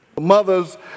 Mothers